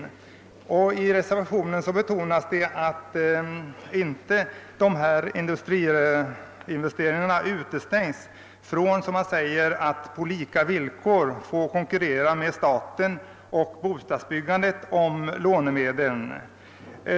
I reservationen betonas det att industrins investeringar inte får utestängas från en konkurrens på lika villkor om lånemedlen med statens investeringar och bostadsbyggandet.